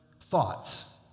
thoughts